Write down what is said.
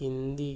Hindi